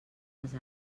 els